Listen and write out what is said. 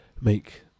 make